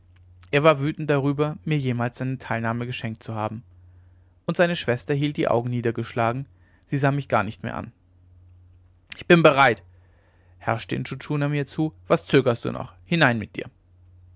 er war wütend darüber mir jemals seine teilnahme geschenkt zu haben und seine schwester hielt die augen niedergeschlagen sie sah mich gar nicht mehr an ich bin bereit herrschte intschu tschuna mir zu was zögerst du noch hinein mit dir